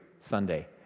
Sunday